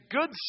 good